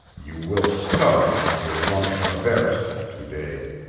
you will start on your longue traverse to-day.